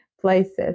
places